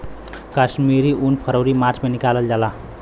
कश्मीरी उन फरवरी मार्च में निकालल जाला